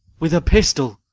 with a pistol